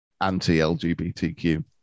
anti-lgbtq